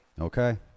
Okay